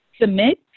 submit